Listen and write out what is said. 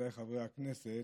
מכובדיי חברי הכנסת,